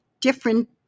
different